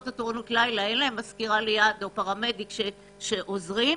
תורנויות לילה אין מזכירה שעוזרת להם.